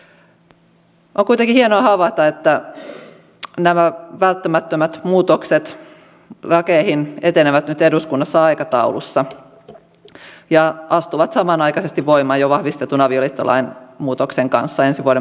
on kuitenkin hienoa havaita että nämä välttämättömät muutokset lakeihin etenevät nyt eduskunnassa aikataulussa ja astuvat samanaikaisesti voimaan jo vahvistetun avioliittolain muutoksen kanssa ensi vuoden maaliskuussa